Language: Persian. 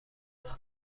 زنو